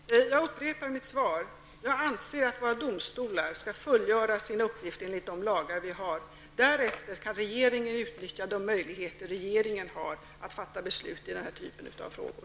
Herr talman! Jag upprepar vad jag sade i mitt svar: Jag anser att våra domstolar skall fullgöra sina uppgifter enligt de lagar som vi har. Därefter kan regeringen utnyttja de möjligheter regeringen har att fatta beslut i den här typen av frågor.